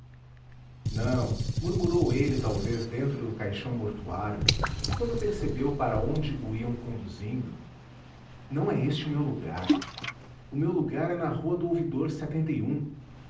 não murmurou ele talvez dentro do caixão mortuário quando percebeu para onde o iam conduzindo não é este o meu lugar o meu lugar é na rua do uvidor até de uma